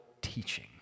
teaching